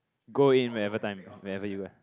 go in whenever time whenever you where